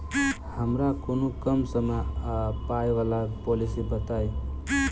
हमरा कोनो कम समय आ पाई वला पोलिसी बताई?